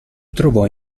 trovò